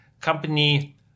company